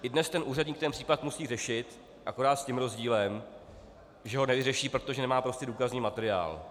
I dnes úředník ten případ musí řešit, akorát s tím rozdílem, že ho nevyřeší, protože prostě nemá důkazní materiál.